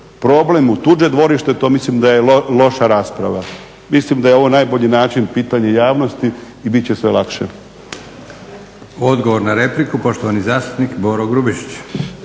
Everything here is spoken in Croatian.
problem u tuđe dvorište, to mislim da je loša rasprava. Mislim da je ovo najbolji način, pitanje javnosti i bit će sve lakše.